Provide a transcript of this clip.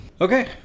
Okay